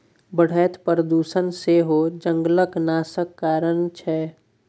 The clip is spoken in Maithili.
बढ़ैत प्रदुषण सेहो जंगलक नाशक कारण छै